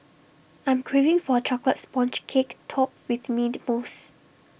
I am craving for A Chocolate Sponge Cake Topped with Mint Mousse